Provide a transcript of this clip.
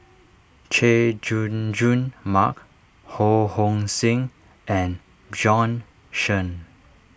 Chay Jung Jun Mark Ho Hong Sing and Bjorn Shen